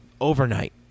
overnight